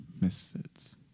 Misfits